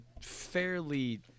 fairly